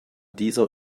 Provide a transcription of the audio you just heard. dieser